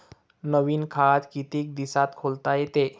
नवीन खात कितीक दिसात खोलता येते?